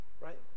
Right